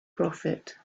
prophet